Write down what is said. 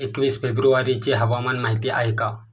एकवीस फेब्रुवारीची हवामान माहिती आहे का?